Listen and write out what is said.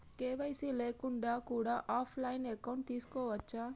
KYC లేకుండా కూడా offline account తీసుకోవచ్చా?